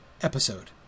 episode